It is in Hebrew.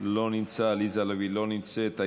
לא נמצא, עליזה לביא, לא נמצאת,